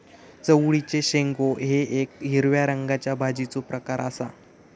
चवळीचे शेंगो हे येक हिरव्या रंगाच्या भाजीचो प्रकार आसा